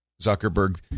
Zuckerberg